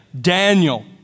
Daniel